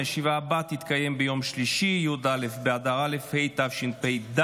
הישיבה הבאה תתקיים ביום שלישי י"א באדר א' התשפ"ד,